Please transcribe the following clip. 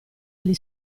agli